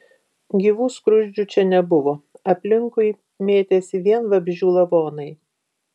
gyvų skruzdžių čia nebuvo aplinkui mėtėsi vien vabzdžių lavonai